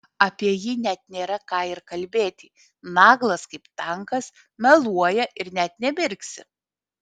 apie jį net nėra ką ir kalbėti naglas kaip tankas meluoja ir net nemirksi